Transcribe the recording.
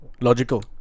Logical